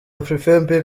afrifame